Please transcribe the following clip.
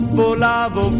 volavo